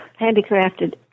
handicrafted